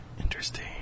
Interesting